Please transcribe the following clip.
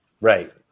Right